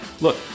Look